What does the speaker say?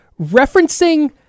referencing